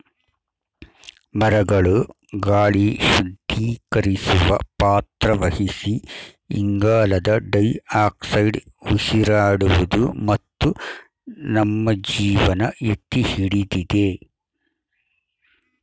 ಮರಗಳು ಗಾಳಿ ಶುದ್ಧೀಕರಿಸುವ ಪಾತ್ರ ವಹಿಸಿ ಇಂಗಾಲದ ಡೈಆಕ್ಸೈಡ್ ಉಸಿರಾಡುವುದು ಮತ್ತು ನಮ್ಮ ಜೀವನ ಎತ್ತಿಹಿಡಿದಿದೆ